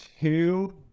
two